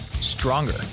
stronger